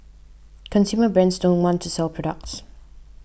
consumer brands don't want to sell products